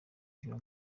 ijuru